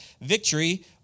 victory